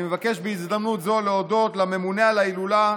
אני מבקש בהזדמנות זו להודות לממונה על ההילולה,